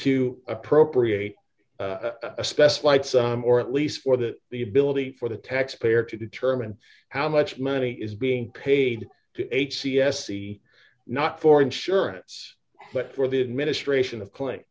to appropriate a specified sum or at least for the the ability for the taxpayer to determine how much money is being paid to eight c s e not for insurance but for the administration of cl